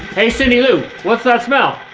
hey cindy lou, what's that smell?